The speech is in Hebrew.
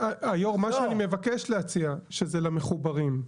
אדוני מה שאני רוצה להציע זה רק למחוברים.